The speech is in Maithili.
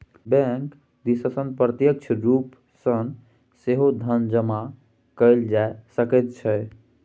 बैंक दिससँ प्रत्यक्ष रूप सँ सेहो धन जमा कएल जा सकैत छै